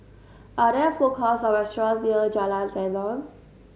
are there food courts or restaurants near Jalan Tenon